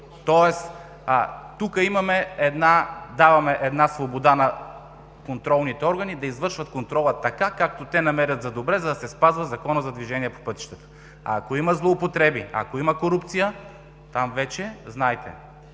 Тоест тук даваме една свобода на контролните органи да извършват контрола така, както те намерят за добре, да се спазва Законът за движение по пътищата. Ако има злоупотреби, ако има корупция, там вече знаете: